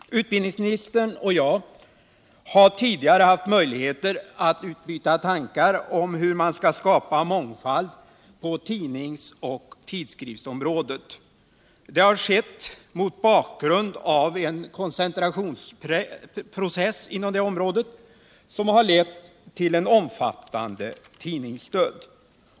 Utbildningsministern och jag har tidigare haft möjligheter att utbyta tankar om hur man skall skapa mångfald på tidnings och tidskriftsområdet. Det har skett mot bakgrund av en koncentrationsprocess på det området, som har let vill en omfattande tidningsdöd.